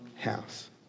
house